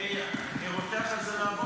אני רותח על זה מהבוקר.